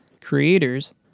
creators